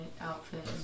outfit